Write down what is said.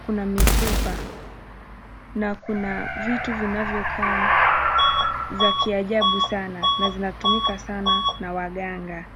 Kuna mifupa na kuna vitu vinavyo kaa za kiajabu sana na vinatumika sana na waganga.